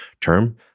term